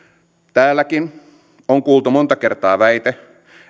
täälläkin on kuultu monta kertaa väite